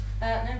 no